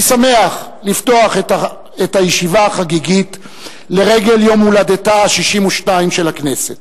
אני שמח לפתוח את הישיבה החגיגית לרגל יום הולדתה ה-62 של הכנסת.